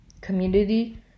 community